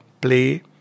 play